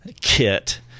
kit